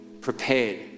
prepared